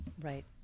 Right